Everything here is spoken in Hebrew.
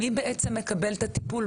מי בעצם מקבל את הטיפול,